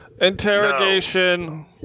Interrogation